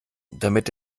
damit